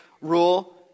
rule